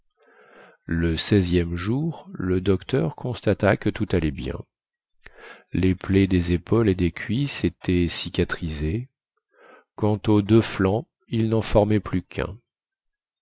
le seizième jour le docteur constata que tout allait bien les plaies des épaules et des cuisses étaient cicatrisées quant aux deux flancs ils nen formaient plus quun